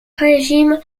régime